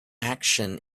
action